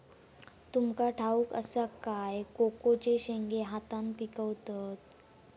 तुमका ठाउक असा काय कोकोचे शेंगे हातान पिकवतत